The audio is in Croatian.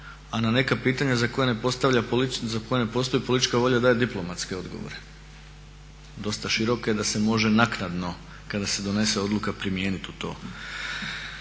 koje ne postavlja, za koje ne postoji politička volja daje diplomatske odgovore dosta široke da se može naknado kada se donese odluka primijeniti u to.